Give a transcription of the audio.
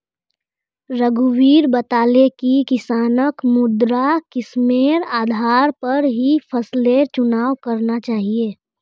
रघुवीर बताले कि किसानक मृदा किस्मेर आधार पर ही फसलेर चुनाव करना चाहिए